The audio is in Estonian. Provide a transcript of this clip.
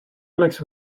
oleks